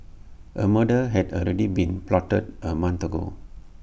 A murder had already been plotted A month ago